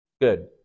Good